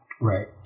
Right